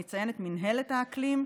אני אציין את מינהלת האקלים,